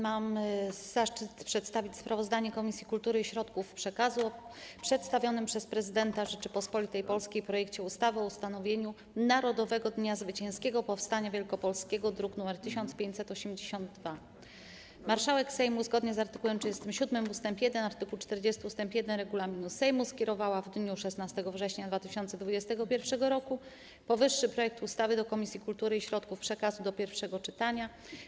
Mam zaszczyt przedstawić sprawozdanie Komisji Kultury i Środków Przekazu o przedstawionym przez Prezydenta Rzeczypospolitej Polskiej projekcie ustawy o ustanowieniu Narodowego Dnia Zwycięskiego Powstania Wielkopolskiego, druk nr 1582. Marszałek Sejmu, zgodnie z art. 37 ust. 1 i art. 40 ust. 1 regulaminu Sejmu, skierowała w dniu 16 września 2021 r. powyższy projekt ustawy do Komisji Kultury i Środków Przekazu do pierwszego czytania.